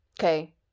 Okay